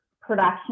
production